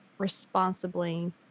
responsibly